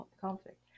conflict